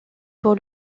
pour